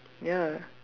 ya